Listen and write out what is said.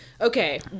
Okay